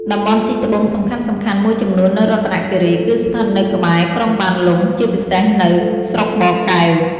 តំបន់ជីកត្បូងសំខាន់ៗមួយចំនួននៅរតនគិរី គឺស្ថិតនៅក្បែរ ក្រុងបានលុង ជាពិសេសនៅ ស្រុកបកែវ។